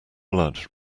blood